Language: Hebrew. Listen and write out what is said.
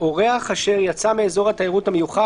(ג)אורח אשר יצא מאזור התיירות המיוחד,